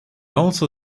also